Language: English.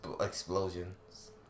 explosions